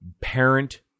Parent